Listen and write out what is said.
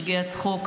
רגעי הצחוק,